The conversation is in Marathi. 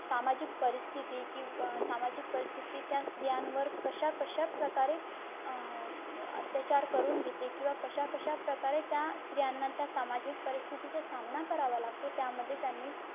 सामाजिक परिस्थिती किव सामाजिक परिस्थिती त्या स्त्रियांवर कशा कशा प्रकारे अत्याचार करून घेते किंवा कशा कशा प्रकारे त्या स्त्रियांना त्या सामाजिक परिस्थितीचा सामना करावा लागतो त्यामध्ये त्यांनी